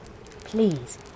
Please